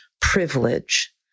privilege